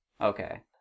Okay